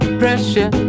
pressure